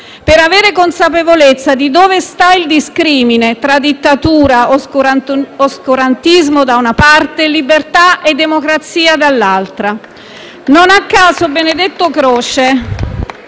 per avere consapevolezza di dove sta il discrimine tra dittatura e oscurantismo, da una parte, e libertà e democrazia dall'altra. Non a caso, Benedetto Croce